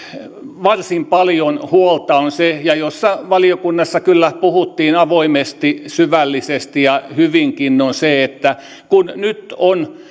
varsin paljon huolta ja mistä valiokunnassa kyllä puhuttiin avoimesti syvällisesti ja hyvinkin on se että kun nyt on